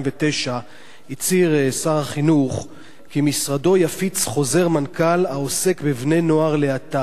הצהיר שר החינוך כי משרדו יפיץ חוזר מנכ"ל העוסק בבני-נוער להט"בים.